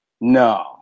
No